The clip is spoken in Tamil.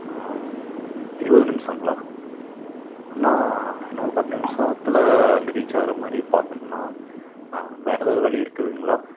இருபது நிமிஷங்களா அண்ணா இன்னொரு பத்து நிமிஷோத்துல அங்கே ரீச் ஆகுற மாதிரி பார்க்கணுன்னா வேற எதாவது வழி இருக்குதுங்களா